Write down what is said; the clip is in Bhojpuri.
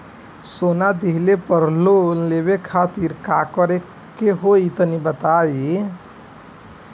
सोना दिहले पर लोन लेवे खातिर का करे क होई तनि बताई?